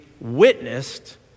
witnessed